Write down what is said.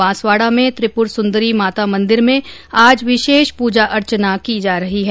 बांसवाड़ा में त्रिपुर सुंदरी माता मंदिर में आज विशेष पूजा अर्चना की जा रही है